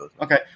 Okay